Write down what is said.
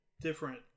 different